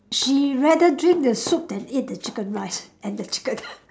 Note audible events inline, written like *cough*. she rather drink the soup than eat the chicken rice and the chicken *laughs*